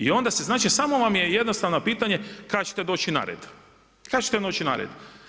I onda se znači samo vam je jednostavno pitanje kada ćete doći na red, kada ćete doći na red.